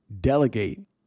delegate